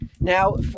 Now